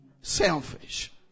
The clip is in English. selfish